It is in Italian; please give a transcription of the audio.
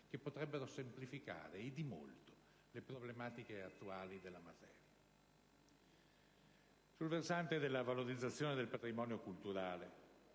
che potrebbero semplificare, e di molto, le problematiche attuali della materia. Sul versante della valorizzazione del patrimonio culturale,